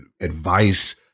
advice